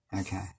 Okay